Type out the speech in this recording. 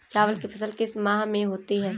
चावल की फसल किस माह में होती है?